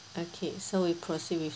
okay so we'll proceed with